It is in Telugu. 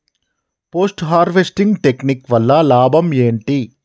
పోస్ట్ హార్వెస్టింగ్ టెక్నిక్ వల్ల లాభం ఏంటి?